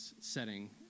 setting